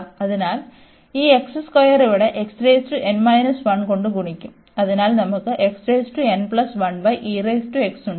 അതിനാൽ ഈ x square ഇവിടെ കൊണ്ട് ഗുണിക്കും അതിനാൽ നമുക്ക് ഉണ്ട്